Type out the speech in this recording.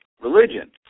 religion